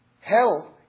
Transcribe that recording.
hell